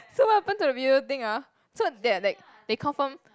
so what happen to the viewer thing ah so they are like they confirm